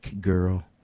girl